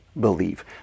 believe